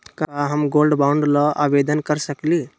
का हम gold bond ल आवेदन कर सकली?